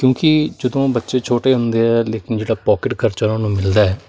ਕਿਉਂਕਿ ਜਦੋਂ ਬੱਚੇ ਛੋਟੇ ਹੁੰਦੇ ਆ ਲੇਕਿਨ ਜਿਹੜਾ ਪੋਕਿਟ ਖਰਚਾ ਉਹਨਾਂ ਨੂੰ ਮਿਲਦਾ ਹੈ